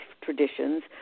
traditions